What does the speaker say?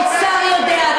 כל שר יודע,